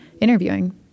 interviewing